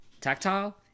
tactile